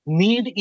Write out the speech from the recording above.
need